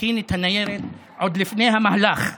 תכין את הניירת עוד לפני המהלך.